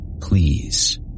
Please